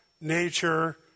nature